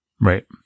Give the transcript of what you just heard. Right